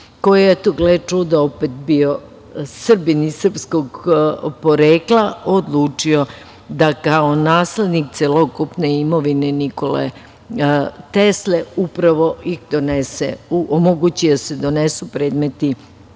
koji je, eto, gle čuda, opet bio Srbin i srpskog porekla, odlučio da kao naslednik celokupne imovine Nikole Tesle, upravo ih donese, omogući da se donesu predmeti